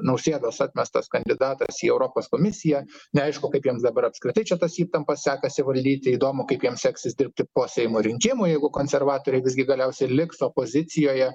nausėdos atmestas kandidatas į europos komisiją neaišku kaip jiems dabar apskritai čia tas įtampas sekasi valdyti įdomu kaip jiem seksis dirbti po seimo rinkimų jeigu konservatoriai visgi galiausiai liks opozicijoje